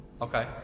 Okay